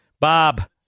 Bob